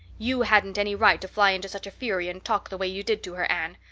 you hadn't any right to fly into such a fury and talk the way you did to her, anne.